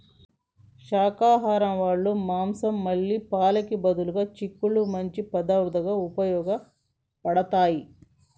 శాకాహరం వాళ్ళ మాంసం మళ్ళీ పాలకి బదులుగా చిక్కుళ్ళు మంచి పదార్థంగా ఉపయోగబడతాయి